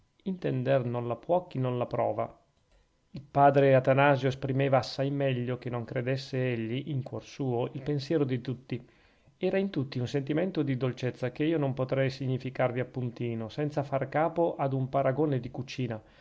la può chi non la prova il padre atanasio esprimeva assai meglio che non credesse egli in cuor suo il pensiero di tutti era in tutti un sentimento di dolcezza che io non potrei significarvi appuntino senza far capo ad un paragone di cucina